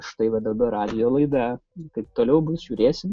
štai va dabar radijo laida kaip toliau bus žiūrėsim